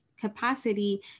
capacity